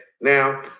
Now